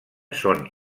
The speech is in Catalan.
són